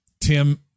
Tim